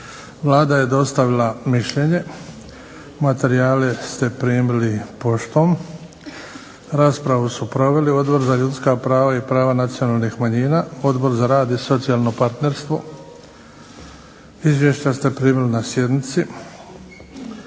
Vlada je dostavila mišljenje. Materijale ste primili poštom. Raspravu su proveli Odbor za ljudska prava i prava nacionalnih manjina, Odbor za rad i socijalno partnerstvo. Izvješća ste primili na sjednici.